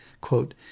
quote